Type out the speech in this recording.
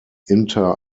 inter